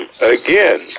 again